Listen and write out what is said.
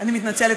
אני מתנצלת,